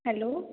hello